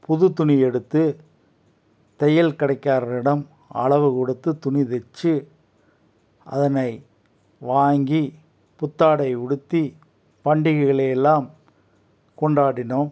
புதுத்துணி எடுத்து தையல் கடைக்காரரிடம் அளவு கொடுத்து துணி தைச்சு அதனை வாங்கி புத்தாடை உடுத்தி பண்டிகைகளை எல்லாம் கொண்டாடினோம்